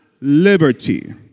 Liberty